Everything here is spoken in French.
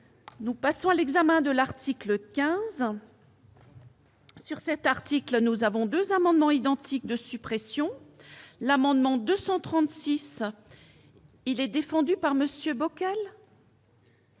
Nous passons à l'examen de l'article 15. Sur cet article, nous avons 2 amendements identiques de suppression, l'amendement 236 il est défendu par Monsieur